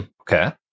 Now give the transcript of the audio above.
Okay